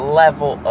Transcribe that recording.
level